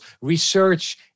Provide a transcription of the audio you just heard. research